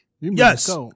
Yes